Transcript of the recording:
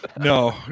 no